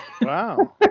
Wow